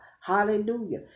Hallelujah